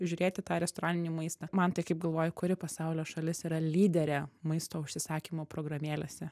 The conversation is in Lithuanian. žiūrėt į tą restoraninį maistą mantai kaip galvoji kuri pasaulio šalis yra lyderė maisto užsisakymo programėlėse